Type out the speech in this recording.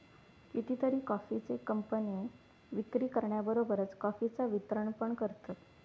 कितीतरी कॉफीचे कंपने विक्री करण्याबरोबरच कॉफीचा वितरण पण करतत